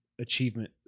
achievement